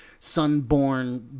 sunborn